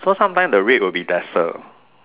so sometimes the rate will be lesser